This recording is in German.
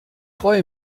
freue